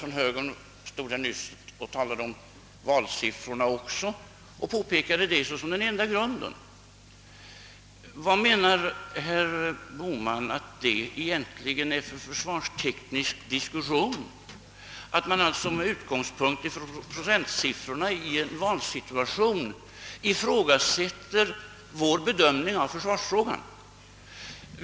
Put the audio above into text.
Även en annan talare från högern nämnde nyss valsiffrorna och påpekade att de vore den enda grunden för avhoppet. är det, menar herr Bohman, att föra en försvarsteknisk diskussion att med utgångspunkt från procentsiffrorna i ett val ifrågasätta vår bedömning av försvarsfrågan?